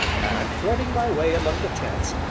and, threading my way among the tents,